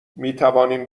میتوانیم